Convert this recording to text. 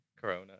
Corona